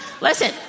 listen